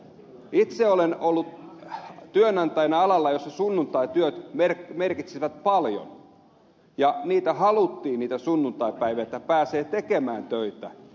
itse olen ollut työnantajana alalla jolla sunnuntaityöt merkitsivät paljon ja haluttiin niitä sunnuntaipäiviä että pääsee tekemään töitä